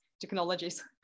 technologies